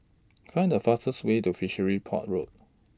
Find The fastest Way to Fishery Port Road